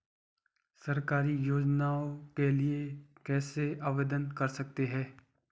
सरकारी योजनाओं के लिए कैसे आवेदन कर सकते हैं?